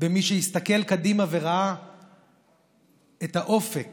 ומי שהסתכל קדימה וראה את האופק